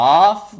off